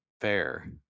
fair